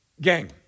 Gang